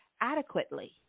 adequately